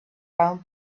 round